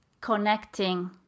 connecting